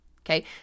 Okay